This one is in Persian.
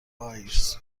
آیرس